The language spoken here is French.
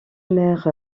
maire